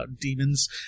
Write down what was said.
demons